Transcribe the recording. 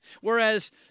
Whereas